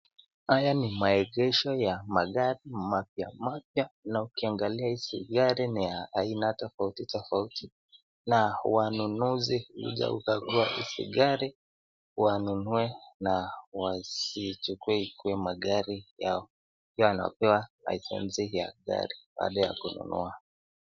Haya ni maegesho ya magari mapya na ukiangalia hizi gari niza aina tofauti tofauti na wanunuzi huja kukagua hizi gari wanunue na wazichukue ikue magari yao pia wanapewa license ya gari pale ya kununua.